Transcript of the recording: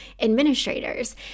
administrators